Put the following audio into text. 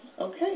okay